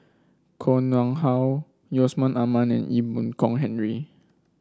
Koh Nguang How Yusman Aman and Ee Boon Kong Henry